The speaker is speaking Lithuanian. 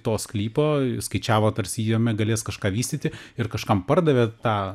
to sklypo skaičiavo tarsi jame galės kažką vystyti ir kažkam pardavė tą